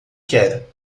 quer